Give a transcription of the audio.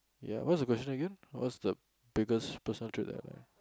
ya what's the question again what's the biggest personal trait that I like